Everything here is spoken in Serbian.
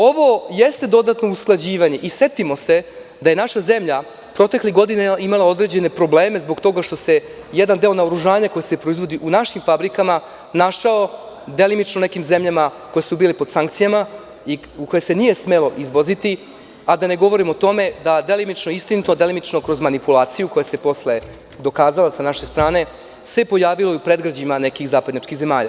Ovo jeste dodatno usklađivanje i setimo se da je naša zemlja proteklih godina imala određenih problema zbog toga što se jedan deo naoružanja, koji se proizvodi u našim fabrikama, našao delimično u nekim zemljama koje su bile pod sankcijama i u koje se nije smelo izvoziti, a da ne govorim o tome, delimično istinito, a delimično kroz manipulaciju koja se posle dokazala sa naše strane, da se pojavilo u predgrađima nekih zapadnjačkih zemalja.